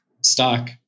stock